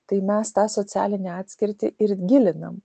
tai mes tą socialinę atskirtį ir gilinam